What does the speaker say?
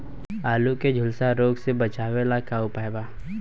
आलू के झुलसा रोग से बचाव ला का उपाय बा?